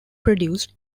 produced